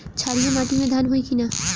क्षारिय माटी में धान होई की न?